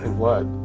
what?